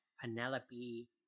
Penelope